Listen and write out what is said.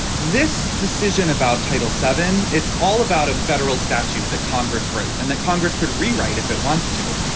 this decision about title seven, it's all about a federal statute that congress wrote and that congress could rewrite if it wants to.